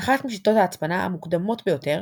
אחת משיטות ההצפנה המוקדמות ביותר